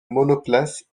monoplace